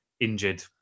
injured